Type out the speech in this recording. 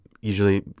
Usually